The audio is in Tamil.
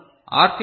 மற்றும் ஆர்